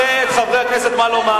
אתה לא מנחה את חברי הכנסת מה לומר.